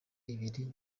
ibiri